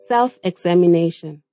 Self-examination